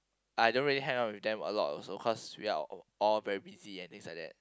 I don't really hang out with them a lot also cause we are all all very busy and things like that